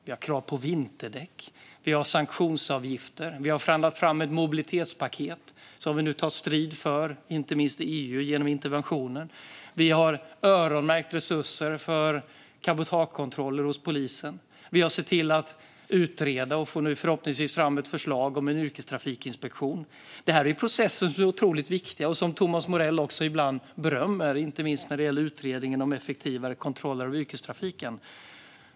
Vi har krav på vinterdäck. Vi har sanktionsavgifter. Vi har förhandlat fram ett mobilitetspaket som vi nu tar strid för i EU genom interventioner. Vi har öronmärkt resurser för cabotagekontroller hos polisen. Vi har låtit utreda och får nu förhoppningsvis fram ett förslag om en yrkestrafikinspektion. Det här är processer som är otroligt viktiga och som Thomas Morell ibland också berömmer. Inte minst gäller det utredningen om effektivare kontroller av yrkestrafiken.